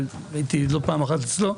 והייתי לא פעם אחת אצלו.